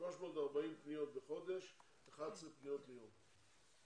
340 פניות בחודש, 11 פניות ליום.